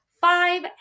five